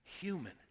human